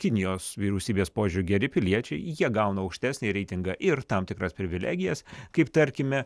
okinijos vyriausybės požiūriu geri piliečiai jie gauna aukštesnį reitingą ir tam tikras privilegijas kaip tarkime